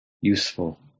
useful